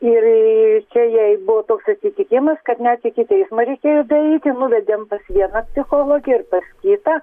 ir čia jai buvo toks atsitikimas kad net iki teismo reikėjo daeiti nuvedėm pas vieną psichologę ir pas kitą